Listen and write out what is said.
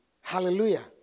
Hallelujah